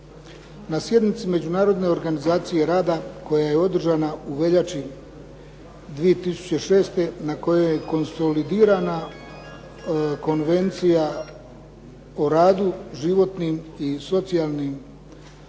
Na sjednici Međunarodne organizacije rada koja je održana u veljači 2006. na kojoj je konsolidirana Konvencija o radu, životnim i socijalnim